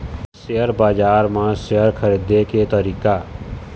Share बजार म share खरीदे के तरीका?